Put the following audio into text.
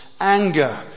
anger